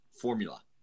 formula